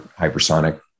hypersonic